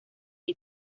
hay